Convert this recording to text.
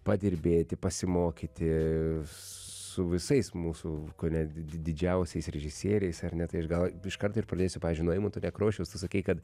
padirbėti pasimokyti su visais mūsų kone didžiausias režisieriais ar ne tai aš gal iš karto ir pradėsiu pavyzdžiui nuo eimunto nekrošiaus tu sakei kad